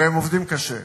והם עובדים קשה,